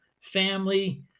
family